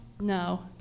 No